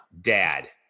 dad